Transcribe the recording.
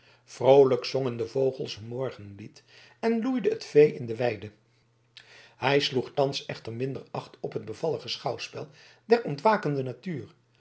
vroolijk zongen de vogels hun morgenlied en loeide het vee in de weide hij sloeg thans echter minder acht op het bevallige schouwspel der ontwakende natuur